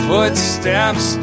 Footsteps